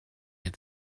had